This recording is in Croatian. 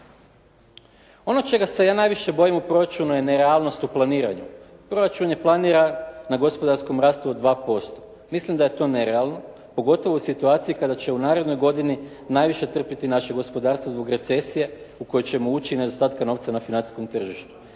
Ono čega se ja najviše bojim u proračunu je nerealnost u planiranju. Proračun je planiran na gospodarskom rastu od 2%. Mislim da je to nerealno, pogotovo u situaciji kada će u narednoj godini najviše trpiti naše gospodarstvo zbog recesije u koju ćemo ući i nedostatku novca na financijskom tržištu.